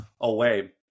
away